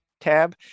tab